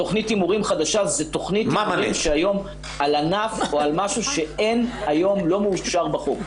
תכנית הימורים חדשה זו תכנית על ענף או על משהו שהיום לא מאושר בחוק.